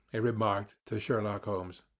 remarked to sherlock holmes.